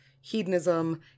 hedonism